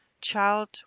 Child